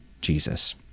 Jesus